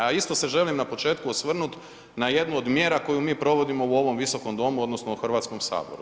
A isto se želim na početku osvrnut na jednu od mjera koje mi provodimo u ovom viskom domu, odnosno u Hrvatskom Saboru.